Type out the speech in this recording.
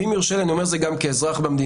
ואם יורשה לי אני אומר זה גם כאזרח במדינה,